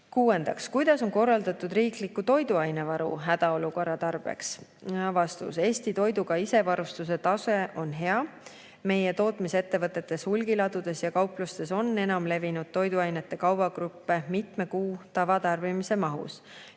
"Kuidas on korraldatud riikliku toiduainete varu hädaolukorra tarbeks?" Eesti toiduga isevarustatuse tase on hea. Meie tootmisettevõtetes, hulgiladudes ja kauplustes on enam levinud toiduainete kaubagruppe mitme kuu tavatarbimise mahus.